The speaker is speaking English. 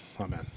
Amen